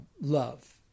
love